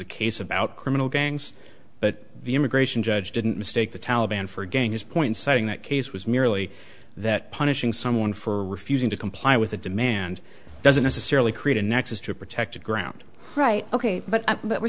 a case about criminal gangs but the immigration judge didn't mistake the taliban for again his point citing that case was merely that punishing someone for refusing to comply with a demand doesn't necessarily create a nexus to a protected ground right ok but but we're